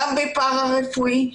גם בפרא-רפואי,